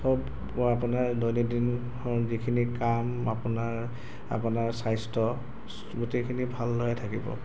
চব আপোনাৰ দৈনন্দিনৰ যিখিনি কাম আপোনাৰ আপোনাৰ স্বাস্থ্য গোটেইখিনি ভালদৰে থাকিব